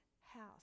house